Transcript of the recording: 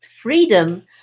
freedom